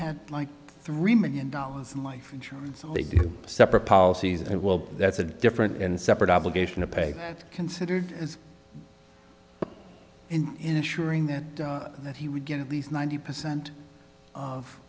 had like three million dollars life insurance and they do separate policies and well that's a different and separate obligation to pay considered as and ensuring that that he would get at least ninety percent of